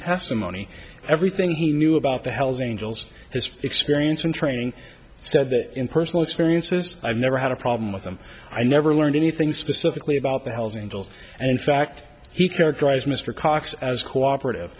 testimony everything he knew about the hell's angels his experience and training said that in personal experiences i've never had a problem with them i never learned anything specifically about the hell's angels and in fact he characterized mr cox as cooperative